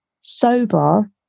sober